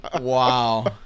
Wow